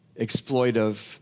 exploitive